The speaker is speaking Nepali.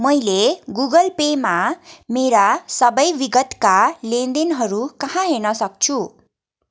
मैले गुगल पेमा मेरा सबै विगतका लेनदेनहरू कहाँ हेर्नसक्छु